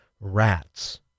Rats